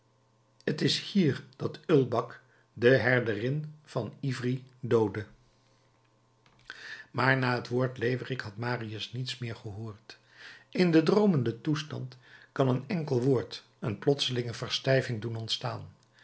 t is hier dat ulback de herderin van ivry doodde maar na het woord leeuwerik had marius niets meer gehoord in den droomenden toestand kan een enkel woord een plotselinge verstijving doen ontstaan